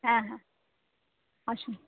হ্যাঁ হ্যাঁ আসুন